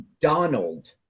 donald